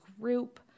group